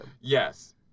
Yes